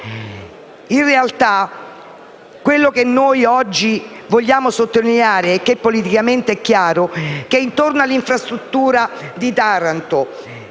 In realtà, quello che oggi vogliamo sottolineare - e che politicamente è chiaro - è che intorno all'infrastrutture di Taranto